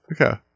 okay